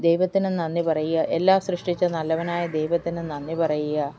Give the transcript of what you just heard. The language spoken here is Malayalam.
ദൈവത്തിനു നന്ദി പറയുക എല്ലാം സൃഷ്ടിച്ച നല്ലവനായ ദൈവത്തിനു നന്ദി പറയുക